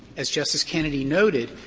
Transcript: as justice kennedy noted,